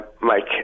Mike